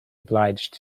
obliged